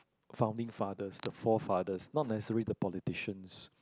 founding fathers the four fathers not necessary the politicians